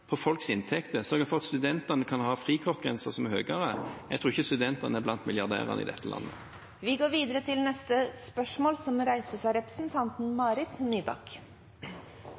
på folks inntekt og å sørge for at studentene kan ha høyere frikortgrenser. Jeg tror ikke studentene er blant milliardærene i dette landet. Jeg har tillatt meg å stille følgende spørsmål